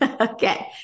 Okay